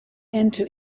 into